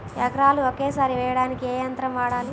ఎకరాలు ఒకేసారి వేయడానికి ఏ యంత్రం వాడాలి?